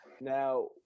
now